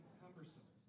cumbersome